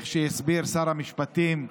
איך שהסביר שר המשפטים,